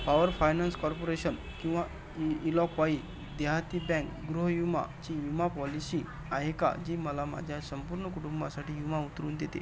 power finance corporation किंवा इ इलॉक्वॉई देहाती बँक गृह विमाची विमा पॉलिशी आहे का जी मला माझ्या संपूर्ण कुटुंबासाठी विमा उतरून देते